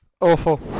Awful